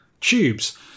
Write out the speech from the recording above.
tubes